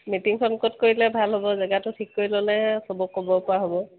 মিটিংখন ক'ত কৰিলে ভাল হ'ব জেগাটো ঠিক কৰি ল'লে চবক ক'ব পৰা হ'ব